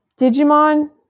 Digimon